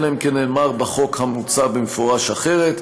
אלא אם כן נאמר בחוק המוצע במפורש אחרת.